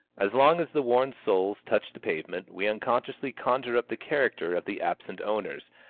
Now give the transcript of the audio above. as long as the worn soles touch the pavement, we unconsciously conjure up the character of the absent owners,